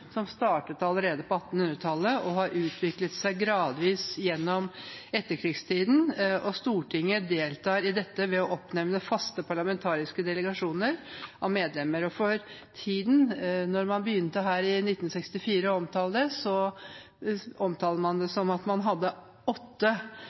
startet allerede på 1800-tallet og har utviklet seg gradvis gjennom etterkrigstiden. Stortinget deltar i dette ved å oppnevne faste parlamentariske delegasjoner av medlemmer. I omtalen av dette begynner man med 1964 og skriver at det for tiden